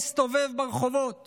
להסתובב ברחובות